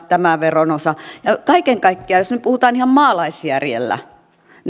tämä veron osa lisää tuloeroja kaiken kaikkiaan jos nyt puhutaan ihan maalaisjärjellä